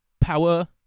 power